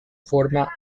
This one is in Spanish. forma